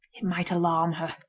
it might alarm her